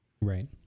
Right